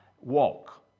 walk